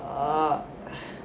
ah